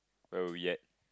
where were we at